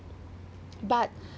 but